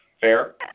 fair